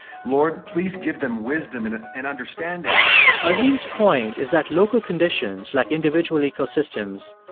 lord, please give them wisdom and and and understanding, as well as. azim's point is that local conditions, like individual ecosystems,